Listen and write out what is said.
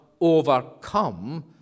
overcome